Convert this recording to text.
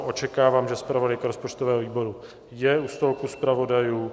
Očekávám, že zpravodajka rozpočtového výboru je u stolku zpravodajů.